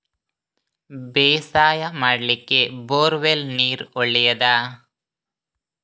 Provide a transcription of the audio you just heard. ಬೇಸಾಯ ಮಾಡ್ಲಿಕ್ಕೆ bore well ನೀರು ಒಳ್ಳೆಯದಾ?